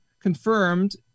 confirmed